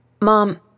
Mom